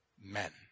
men